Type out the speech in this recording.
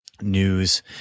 news